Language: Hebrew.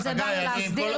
את זה באנו להסדיר.